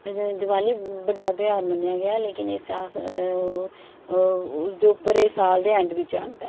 दिवाली बड्डा धेयार मन्नेआ गेआ ऐ लेकिन इस अस एह् साल दे ऐड बिच आंदा ऐ